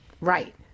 right